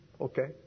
Okay